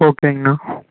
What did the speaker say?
ஓகேங்கண்ணா